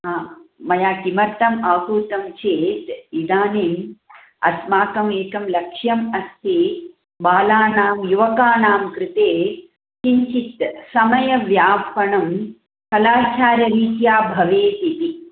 हा मया किमर्थम् आहूतं चेत् इदानीम् अस्माकम् एकं लक्ष्यम् अस्ति बालानां युवकानां कृते किञ्चित् समयव्यापनं कलाशालरीत्या भवेत् इति